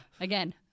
Again